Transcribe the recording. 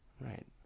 Right